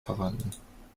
verwandten